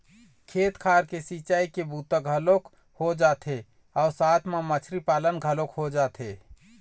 खेत खार के सिंचई के बूता घलोक हो जाथे अउ साथ म मछरी पालन घलोक हो जाथे